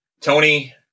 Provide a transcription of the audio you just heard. Tony